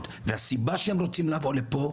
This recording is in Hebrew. הסיבה שהם רוצים לבוא לפה,